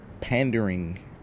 pandering